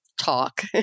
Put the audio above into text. talk